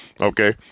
okay